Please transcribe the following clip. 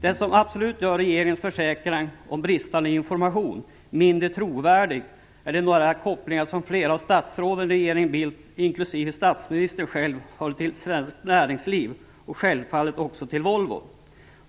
Det som absolut gör regeringens försäkran om bristande information mindre trovärdig är de nära kopplingar som flera av statsråden i regeringen Bildt, inklusive statsministern själv, hade till svenskt näringsliv och självfallet också till Volvo.